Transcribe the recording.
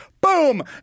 Boom